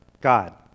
God